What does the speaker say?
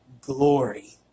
glory